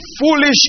foolish